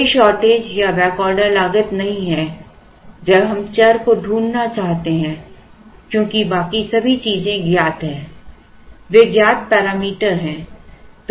कोई शॉर्टेज या back order लागत नहीं है जब हम चर को ढूंढना चाहते हैं क्योंकि बाकी सभी चीजें ज्ञात हैं वे ज्ञात पैरामीटर हैं